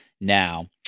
now